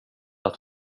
att